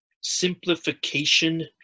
simplification